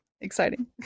exciting